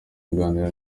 aganira